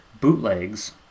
bootlegs